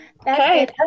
Okay